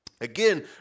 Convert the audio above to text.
again